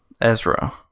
ezra